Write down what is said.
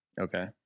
Okay